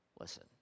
listen